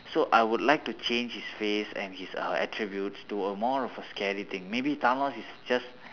so I would like to change his face and his uh attributes to a more of a scary thing maybe thanos is just